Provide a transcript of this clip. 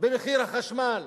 במחיר החשמל.